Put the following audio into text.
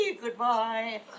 Goodbye